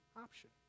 option